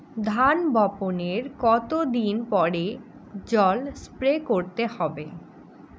ধান বপনের কতদিন পরে জল স্প্রে করতে হবে?